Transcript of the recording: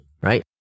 right